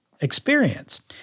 experience